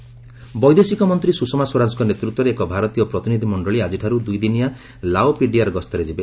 ସ୍ପରାଜ Lao PDR ବୈଦେଶିକ ମନ୍ତ୍ରୀ ସୁଷମା ସ୍ୱରାଜଙ୍କ ନେତୃତ୍ୱରେ ଏକ ଭାରତୀୟ ପ୍ରତିନିଧି ମଣ୍ଡଳୀ ଆଜିଠାରୁ ଦୁଇଦିନିଆ ଲାଓପିଡିଆର୍ ଗସ୍ତରେ ଯିବ